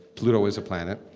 pluto is a planet